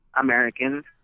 Americans